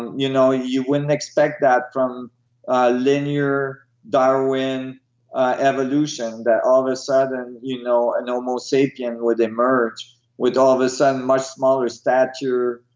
you know you wouldn't expect that from a linear darwin evolution that all of a sudden, you know a homo sapien would emerge with all of a sudden, a much smaller stature,